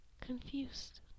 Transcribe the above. confused